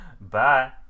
Bye